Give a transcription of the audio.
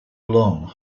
long